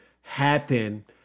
happen